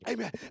Amen